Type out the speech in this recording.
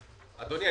אדוני,